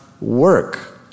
work